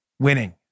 Winning